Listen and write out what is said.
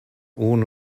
unu